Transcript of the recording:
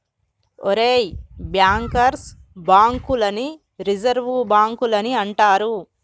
ఒరేయ్ bankers bank లని reserve బాంకులని అంటారు